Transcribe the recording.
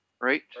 right